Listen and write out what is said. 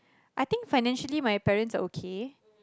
I think financially my parents are okay